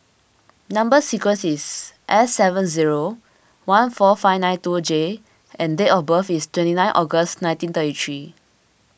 Number Sequence is S seven zero one four five nine two J and date of birth is twenty nine August nineteen thirty three